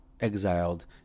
exiled